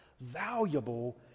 valuable